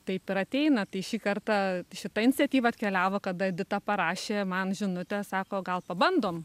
taip ir ateina tai šį kartą šita iniciatyva atkeliavo kada edita parašė man žinutę sako gal pabandom